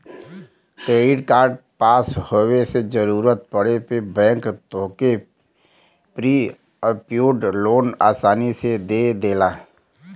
credit card पास होये से जरूरत पड़े पे बैंक तोहके प्री अप्रूव्ड लोन आसानी से दे देला